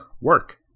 work